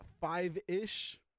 five-ish